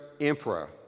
emperor